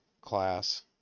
class